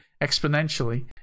exponentially